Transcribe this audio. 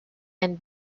and